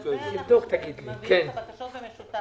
בגלל זה אנחנו מביאים את הבקשות במשותף,